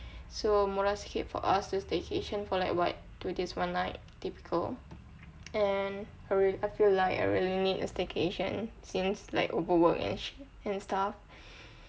so murah sikit for us to staycation for like what two days one night typical and I really I feel like I really need a staycation since like overwork and shit and stuff